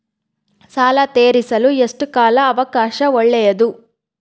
ಸಾಲ ತೇರಿಸಲು ಎಷ್ಟು ಕಾಲ ಅವಕಾಶ ಒಳ್ಳೆಯದು?